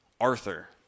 Arthur